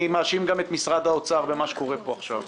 אני מאשים גם את משרד האוצר במה שקורה פה עכשיו.